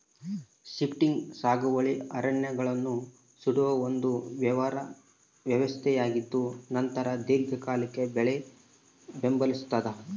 shifting ಸಾಗುವಳಿ ಅರಣ್ಯಗಳನ್ನು ಸುಡುವ ಒಂದು ವ್ಯವಸ್ಥೆಯಾಗಿದ್ದುನಂತರ ದೀರ್ಘಕಾಲಿಕ ಬೆಳೆ ಬೆಂಬಲಿಸ್ತಾದ